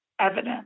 evidence